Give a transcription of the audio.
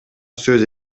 сөз